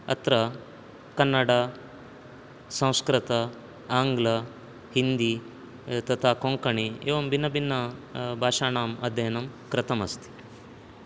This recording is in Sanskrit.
अत्र कन्नडं संस्कृतम् आङ्ग्लं हिन्दि तथा कोङ्कणि एवं भिन्नभिन्नभाषाणाम् अध्ययनं कृतमस्ति